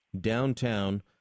downtown